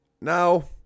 now